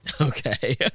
Okay